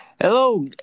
Hello